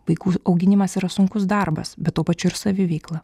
vaikų auginimas yra sunkus darbas bet tuo pačiu ir saviveikla